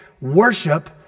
worship